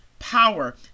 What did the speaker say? Power